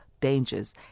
dangers